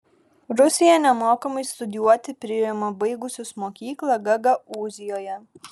rusija nemokamai studijuoti priima baigusius mokyklą gagaūzijoje